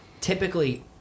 Typically